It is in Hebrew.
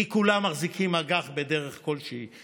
כי כולם מחזיקים אג"ח בדרך כלשהי,